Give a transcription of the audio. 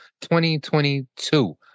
2022